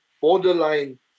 borderline